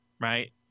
right